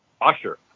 Usher